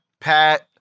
Pat